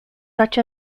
such